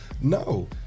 No